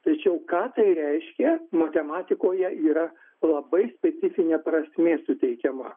tačiau ką tai reiškia matematikoje yra labai specifinė prasmė suteikiama